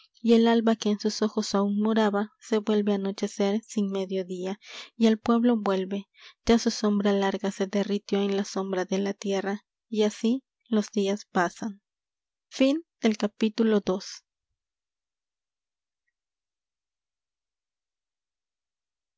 y el alba que en sus ojos aun moraba se vuelve anochecer sin mediodía y al pueblo vuelve ya su sombra larga se derritió en la sombra de la tierra y así los días pasan fe